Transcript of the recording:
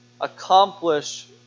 accomplish